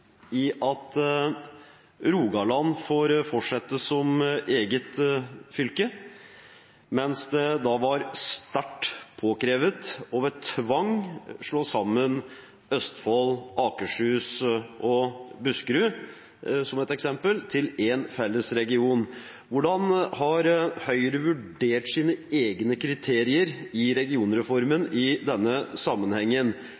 i at Rogaland får fortsette som eget fylke, mens det var sterkt påkrevet ved tvang å slå sammen Østfold, Akershus og Buskerud, som et eksempel, til én felles region? Hvordan har Høyre vurdert sine egne kriterier for regionreformen i